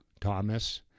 Thomas